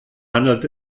handelt